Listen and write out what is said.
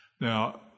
Now